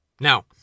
Now